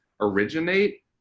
originate